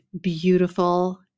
beautiful